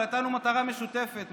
והייתה לנו מטרה משותפת,